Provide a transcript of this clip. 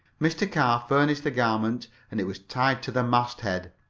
mr. carr furnished the garment and it was tied to the masthead.